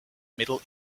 middle